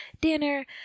dinner